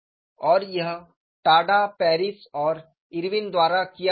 और यह Tada Paris और इरविन द्वारा किया गया था